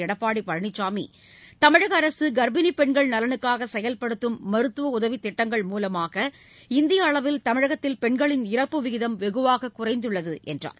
எடப்பாடி பழனிசாமி தமிழக அரசு கர்ப்பினிப் பென்கள் நவனுக்காக செயல்படுத்தும் மருத்துவ உதவித் திட்டங்கள் மூலமாக இந்திய அளவில் தமிழகத்தில் பெண்களின் இறப்பு விகிதம் வெகுவாக குறைந்துள்ளது என்றார்